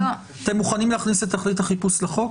אתם מוכנים להכניס את תכלית החיפוש לחוק?